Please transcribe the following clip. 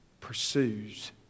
pursues